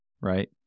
right